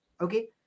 Okay